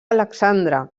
alexandre